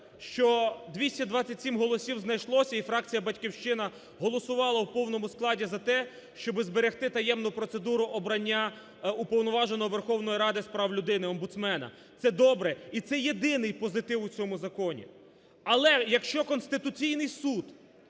що 227 голосів знайшлося, і фракція "Батьківщина" голосувала в повному складі за те, щоби зберегти таємну процедуру обрання Уповноваженого Верховної Ради з прав людини – омбудсмена. Це добре, і це єдиний позив у цьому законі. Але, якщо Конституційний Суд,